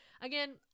Again